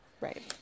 right